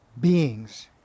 beings